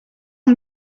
amb